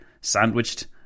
Sandwiched